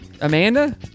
Amanda